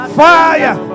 fire